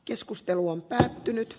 keskustelu on päättynyt